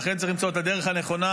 ולכן צריך למצוא את הדרך הנכונה,